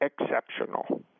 exceptional